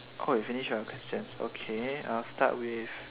oh you finish your questions okay I'll start with